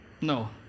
No